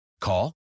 Call